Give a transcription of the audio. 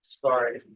Sorry